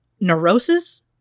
neurosis